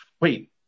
Wait